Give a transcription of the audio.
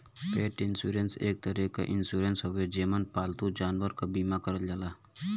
पेट इन्शुरन्स एक तरे क इन्शुरन्स हउवे जेमन पालतू जानवरन क बीमा करल जाला